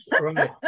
right